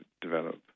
develop